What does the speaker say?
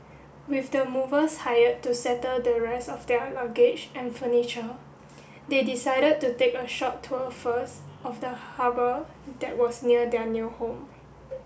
with the movers hired to settle the rest of their luggage and furniture they decided to take a short tour first of the harbour that was near their new home